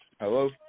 Hello